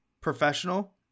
professional